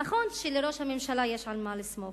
נכון שלראש הממשלה יש על מה לסמוך,